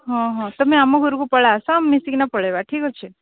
ହଁ ହଁ ତୁମେ ଆମ ଘରକୁ ପଳାଇ ଆସ ମିଶିକିନା ପଳାଇବା ଠିକ୍ ଅଛି